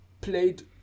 played